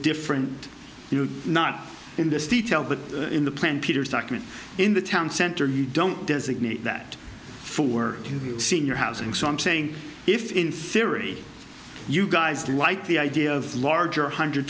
different you know not in this detail but in the plan peter's document in the town center you don't designate that for you senior housing so i'm saying if in theory you guys like the idea of larger one hundred